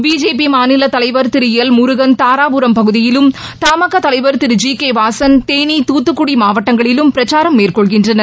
BJP மாநிலத் தலைவர் Thiru L Murugan Dharapuram பகுதியிலும் தமாகா தலைவர் திரு ஜி கே வாசன் தேனி தூத்துக்குடி மாவட்டங்களிலும் பிரச்சாரம் மேற்கொள்கின்றனர்